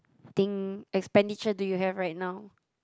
thing expenditure do you have right now